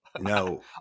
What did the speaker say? no